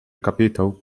kapitał